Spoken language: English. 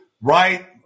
right